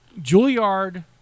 Juilliard